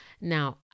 Now